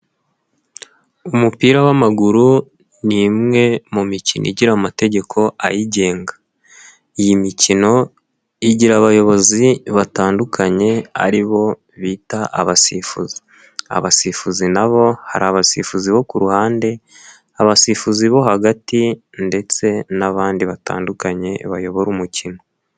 Umupira w'amaguru ni imwe mu mikino igira amategeko ayigenga. Iyi mikino igira abayobozi batandukanye, aribo bita abasifuzi. Abasifuzi n'abo hari abasifuzi bo ku ruhande, abasifuzi bo hagati, ndetse n'abandi batandukanye bayobora umukino.